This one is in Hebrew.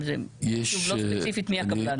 לא ספציפית מי הקבלן.